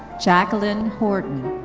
jaclyn horton.